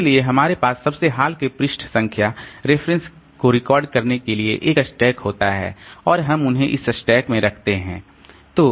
इसलिए हमारे पास सबसे हाल के पृष्ठ संख्या रेफरेंस को रिकॉर्ड करने के लिए एक स्टैक होता है और हम उन्हें इस स्टैक में रखते हैं